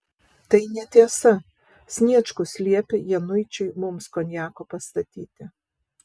tai netiesa sniečkus liepė januičiui mums konjako pastatyti